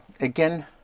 again